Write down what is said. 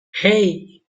hey